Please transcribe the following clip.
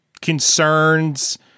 concerns